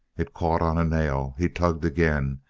it caught on a nail. he tugged again,